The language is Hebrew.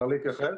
אפשר להתייחס?